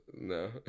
No